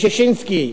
ששינסקי,